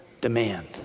demand